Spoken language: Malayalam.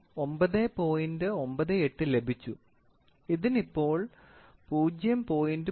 98 ലഭിച്ചു ഇതിന് ഇപ്പോൾ 0